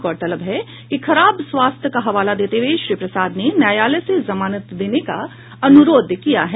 गौरतलब है कि खराब स्वास्थ्य का हवाला देते हुए श्री प्रसाद ने न्यायालय से जमानत देने का अनुरोध किया है